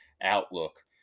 outlook